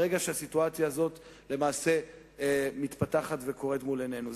ברגע שהסיטואציה הזאת מתפתחת וקורית מול עינינו.